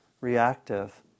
reactive